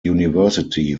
university